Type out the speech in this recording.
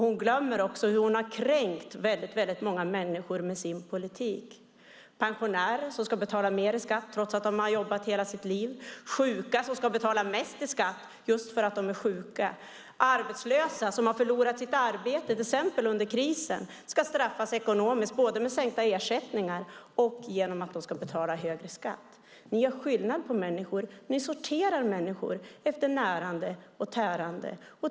Hon glömmer också hur hon har kränkt många människor med sin politik. Pensionärer ska betala mer i skatt, trots att de har jobbat hela sitt liv. Sjuka ska betala mest i skatt just för att de är sjuka. Arbetslösa som har förlorat sitt arbete till exempel under krisen ska straffas ekonomiskt både genom sänkta ersättningar och genom att de ska betala högre skatt. Ni gör skillnad på människor. Ni sorterar människor efter närande och tärande.